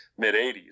mid-'80s